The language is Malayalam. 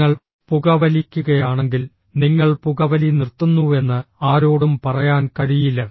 നിങ്ങൾ പുകവലിക്കുകയാണെങ്കിൽ നിങ്ങൾ പുകവലി നിർത്തുന്നുവെന്ന് ആരോടും പറയാൻ കഴിയില്ല